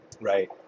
Right